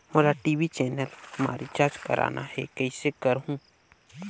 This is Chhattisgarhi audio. मोला टी.वी चैनल मा रिचार्ज करना हे, कइसे करहुँ?